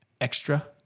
extra